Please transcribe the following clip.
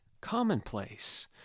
commonplace